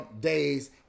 Days